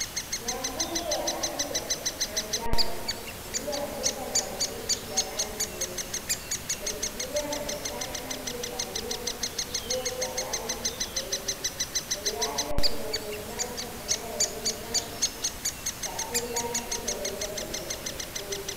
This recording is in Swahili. Mwavuli wa rangi ya manjano ulioandikwa na maandishi ya rangi nyeusi umeshikiliwa na msichana aliyevalia nguo za rangi nyeusi. Mbele yake kuna mwuzaji anayeuza chakula kilichowekwa kwenye boksi.